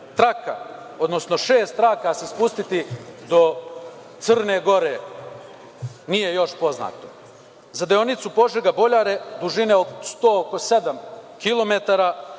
odnosno šest traka se spustiti do Crne Gore, nije još poznato. Za deonicu Požega-Boljare dužine oko 107 kilometara